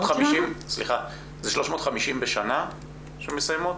זה 350 בשנה שמסיימות?